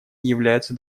являются